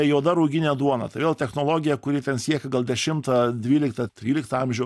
juoda ruginė duona tai vėl technologija kuri ten siekia gal dešimtą dvyliktą tryliktą amžių